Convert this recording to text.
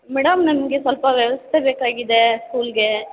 madam ನನಗೆ ಸ್ವಲ್ಪ ವ್ಯವಸ್ಥೆ ಬೇಕಾಗಿದೆ ಸ್ಕೂಲ್ಗೆ